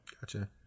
Gotcha